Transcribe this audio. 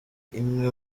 imwe